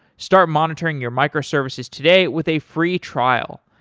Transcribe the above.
start monitoring your microservices today with a free trial.